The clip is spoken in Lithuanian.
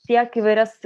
tiek įvairias